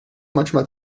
manchmal